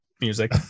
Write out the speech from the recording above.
music